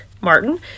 Martin